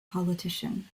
politician